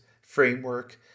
framework